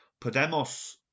Podemos